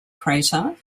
crater